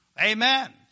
Amen